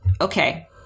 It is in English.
Okay